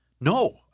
no